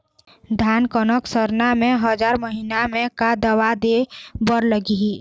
धान कनक सरना मे हजार महीना मे का दवा दे बर लगही?